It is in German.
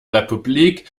republik